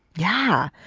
yeah,